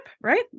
right